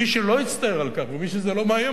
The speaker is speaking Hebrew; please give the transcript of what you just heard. מי שלא יצטער על כך ומי שזה לא מאיים